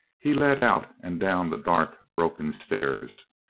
he led out and down the dark, broken stairs.